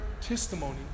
testimony